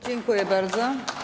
Dziękuję bardzo.